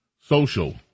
Social